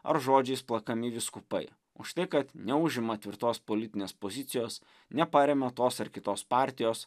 ar žodžiais plakami vyskupai už tai kad neužima tvirtos politinės pozicijos neparemia tos ar kitos partijos